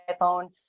iphone